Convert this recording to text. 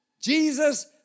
Jesus